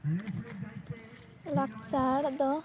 ᱞᱟᱠᱪᱟᱨ ᱫᱚ